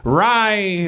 rye